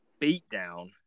beatdown